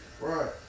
Right